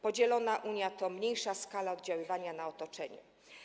Podzielona Unia to mniejsza skala oddziaływania na otoczenie.